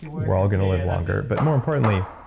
we're all going to live longer. but more importantly,